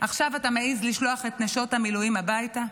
עכשיו אתה מעז לשלוח את נשות המילואים הביתה?